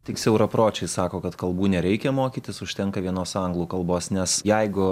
tik siaurapročiai sako kad kalbų nereikia mokytis užtenka vienos anglų kalbos nes jeigu